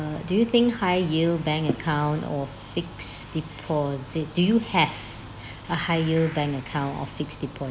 do you think high yield bank account or fixed deposit do you have a high yield bank account or fixed deposit